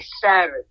Saturday